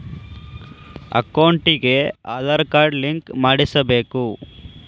ಅಕೌಂಟಿಗೆ Aadhaar card link ಮಾಡಿಸಬೇಕು?